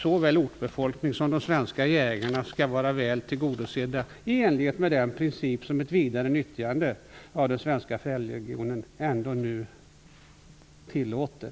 Såväl ortsbefolkning som svenska jägare skall vara väl tillgodosedda i enlighet med den princip som ett vidare nyttjande av den svenska fjällregionen ändå tillåter.